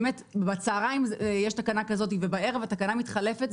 כשבצוהריים יש תקנה כזאת ובערב התקנה מתחלפת,